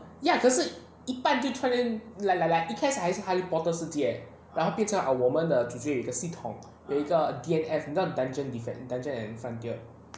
ya 可是一半就突然间 like like like 一开始还是 harry potter 世界然后变成我们得主角有系统有一个 D_F_F 很像 dungeon defense dungeon and frontier